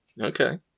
Okay